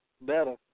better